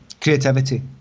creativity